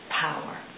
power